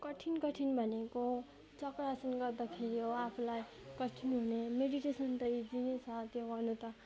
कठिन कठिन भनेको चक्रासान गर्दाखेरि हो आफूलाई कठिन हुने मेडिटेसन त इजी नै छ त्यो गर्नु त